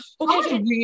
okay